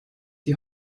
die